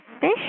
fish